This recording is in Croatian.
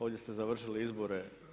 Ovdje ste završili izbore.